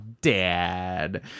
dad